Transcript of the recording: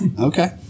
Okay